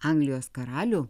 anglijos karalių